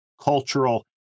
cultural